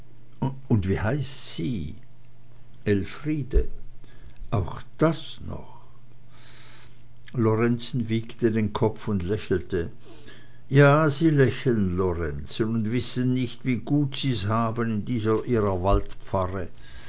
und wie heißt sie elfriede auch das noch lorenzen wiegte den kopf und lächelte ja sie lächeln lorenzen und wissen nicht wie gut sie's haben in dieser ihrer